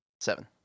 Seven